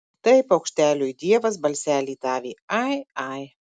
tai paukšteliui dievas balselį davė ai ai